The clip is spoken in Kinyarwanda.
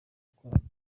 gukorana